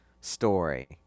story